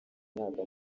myaka